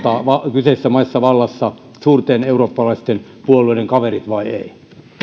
kyseisissä maissa vallassa suurten eurooppalaisten puolueiden kaverit vai